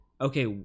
okay